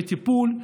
בטיפול,